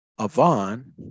avon